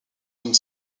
une